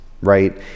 right